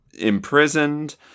imprisoned